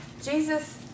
Jesus